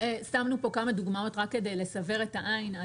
שמנו פה כמה דוגמאות רק כדי לסבר את העין.